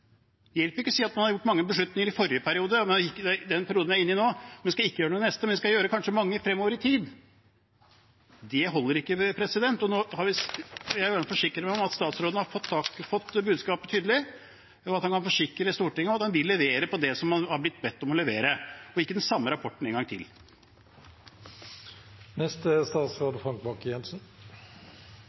hjelper ikke å si at man har gjort mange beslutninger i forrige periode, i den perioden vi er inne i nå, og skal ikke gjøre noe i neste, men skal gjøre kanskje mange fremover i tid. Det holder ikke. Jeg vil gjerne forsikre meg om at statsråden har fått budskapet tydelig, og at han kan forsikre Stortinget om at han vil levere på det som han har blitt bedt om å levere, og ikke den samme rapporten en gang